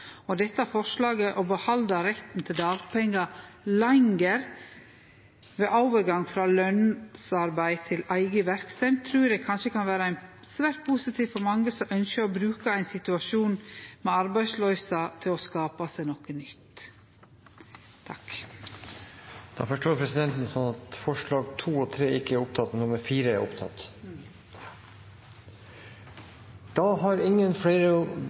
rammevilkår. Dette forslaget, om å behalde retten til dagpengar lenger ved overgang frå lønsarbeid til eiga verksemd, trur eg kanskje kan vere svært positivt for mange som ønskjer å bruke ein situasjon med arbeidsløyse til å skape seg noko nytt. Presidenten forstår det slik at forslag nr. 3 da ikke er tatt opp, men at forslag nr. 4 er tatt opp. Ja. Representanten Marianne Øren har